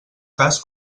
cas